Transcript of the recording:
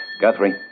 Guthrie